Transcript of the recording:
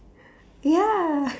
ya